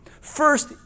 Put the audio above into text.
First